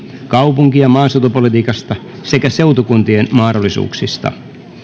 kaupunki ja maaseutupolitiikasta sekä seutukuntien mahdollisuuksista